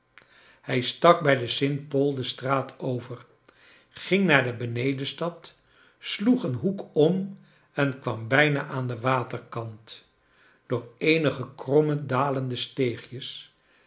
hij stak bij den st paul de straat over ging naar de benedenstad sloeg een hoek om en kwam bijna aan den vvaterkant door eenige kromme dalende steegjes